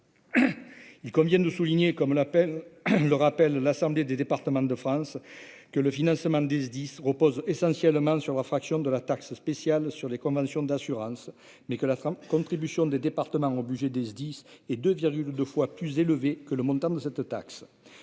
il convient de souligner, comme l'appelle le rappelle l'Assemblée des départements de France, que le financement du SDIS repose essentiellement sur la fraction de la taxe spéciale sur les conventions d'assurance. Mais que la forme contribution des départements ont buggé des SDIS et de 2 fois plus élevé que le montant de cette taxe